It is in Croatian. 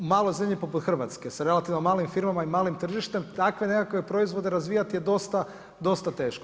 U maloj zemlji poput Hrvatske sa relativno malim firmama i malim tržištem takve nekakve proizvode razvijati je dosta teško.